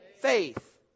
faith